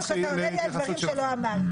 זה בסדר שאתה עונה לי על דברים שאני לא אמרתי.